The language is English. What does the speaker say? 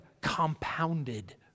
compounded